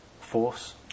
force